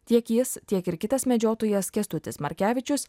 tiek jis tiek ir kitas medžiotojas kęstutis markevičius